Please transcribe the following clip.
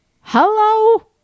hello